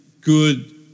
good